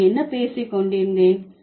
நான் என்ன பேசிக்கொண்டிருந்தேன்